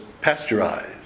pasteurized